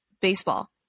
baseball